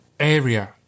area